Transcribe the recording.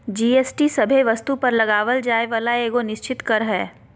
GST सभे वस्तु पर लगावल जाय वाला एगो निश्चित कर हय